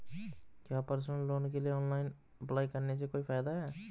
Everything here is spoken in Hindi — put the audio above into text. क्या पर्सनल लोन के लिए ऑनलाइन अप्लाई करने से कोई फायदा है?